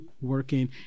Working